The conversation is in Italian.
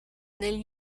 nel